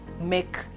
make